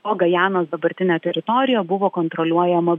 o gajanos dabartinė teritorija buvo kontroliuojama